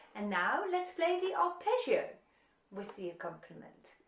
and now let's play the arpeggio with the accompaniment,